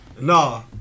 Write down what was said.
no